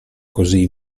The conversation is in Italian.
così